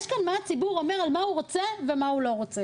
יש כאן מה הציבור אומר על מה הוא רוצה ומה הוא לא רוצה.